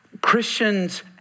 Christians